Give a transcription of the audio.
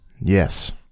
Yes